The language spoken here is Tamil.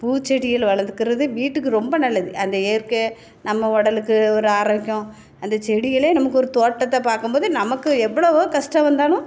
பூ செடியில் வளர்க்குறது வீட்டுக்கு ரொம்ப நல்லது அந்த இயற்கை நம்ம உடலுக்கு ஒரு ஆரோக்கியம் அந்த செடியிலே நமக்கு ஒரு தோட்டத்தை பார்க்கும்போது நமக்கு எவ்வளோவோ கஷ்டம் வந்தாலும்